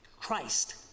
Christ